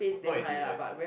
not easy not east